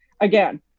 again